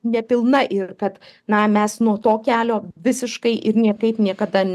nepilna ir kad na mes nuo to kelio visiškai ir niekaip niekada